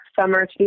summer